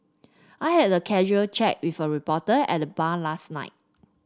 I had a casual chat with a reporter at the bar last night